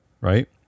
right